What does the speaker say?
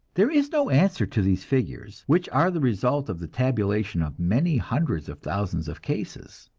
there is no answer to these figures, which are the result of the tabulation of many hundreds of thousands of cases.